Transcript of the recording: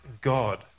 God